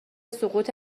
سقوط